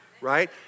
right